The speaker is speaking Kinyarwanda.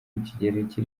rw’ikigereki